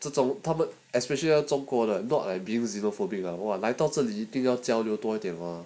这种他们 especially 要中国的 not I beam xenophobic lah !wah! 来到这里一定要交流多一点 [what]